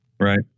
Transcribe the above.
Right